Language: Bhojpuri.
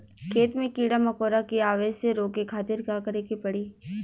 खेत मे कीड़ा मकोरा के आवे से रोके खातिर का करे के पड़ी?